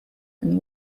and